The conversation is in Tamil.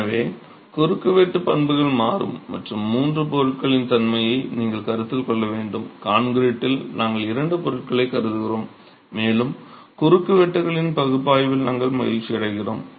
எனவே குறுக்குவெட்டு பண்புகள் மாறும் மற்றும் மூன்று பொருட்களின் தன்மையை நீங்கள் கருத்தில் கொள்ள வேண்டும் கான்கிரீட்டில் நாங்கள் இரண்டு பொருட்களைக் கருதுகிறோம் மேலும் குறுக்குவெட்டுகளின் பகுப்பாய்வில் நாங்கள் மகிழ்ச்சியடைகிறோம்